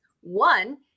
One